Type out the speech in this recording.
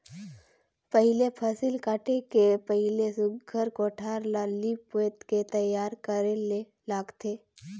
पहिले फसिल काटे के पहिले सुग्घर कोठार ल लीप पोत के तइयार करे ले लागथे